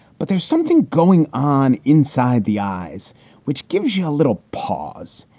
but there's something going on inside the eyes which gives you a little pause.